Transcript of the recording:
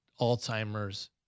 Alzheimer's